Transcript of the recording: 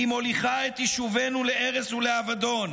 והיא מוליכה את יישובנו להרס ולאבדון".